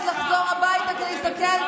את עזבת כמה בתים.